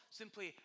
simply